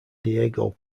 diego